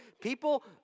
people